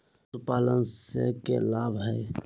पशुपालन से के लाभ हय?